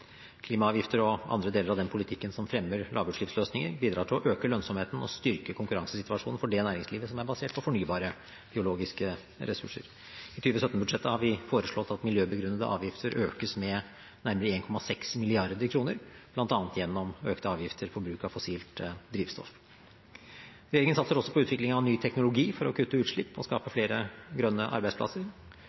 Klimaavgifter og andre deler av den politikken som fremmer lavutslippsløsninger, bidrar til å øke lønnsomheten og styrke konkurransesituasjonen for det næringslivet som er basert på fornybare biologiske ressurser. I 2017-budsjettet har vi foreslått at miljøbegrunnede avgifter økes med nærmere 1,6 mrd. kr, bl.a. gjennom økte avgifter på bruk av fossilt drivstoff. Regjeringen satser også på utvikling av ny teknologi for å kutte utslipp og skape flere grønne arbeidsplasser.